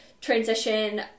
transition